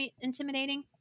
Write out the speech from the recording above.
intimidating